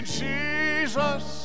jesus